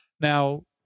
Now